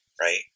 Right